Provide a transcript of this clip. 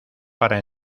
para